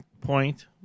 point